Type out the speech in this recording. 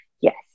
Yes